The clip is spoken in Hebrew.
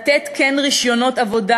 וכן לתת רשיונות עבודה,